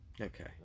Okay